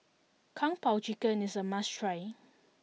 Kung Po Chicken is a must try